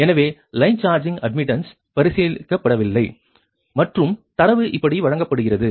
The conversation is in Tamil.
எனவே லைன் சார்ஜிங் அட்மிட்டன்ஸ் பரிசீலிக்கப்படவில்லை மற்றும் தரவு இப்படி வழங்கப்படுகிறது